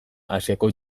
asiako